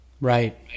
Right